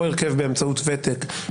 או בלי לקבוע כאמור בסעיף קטן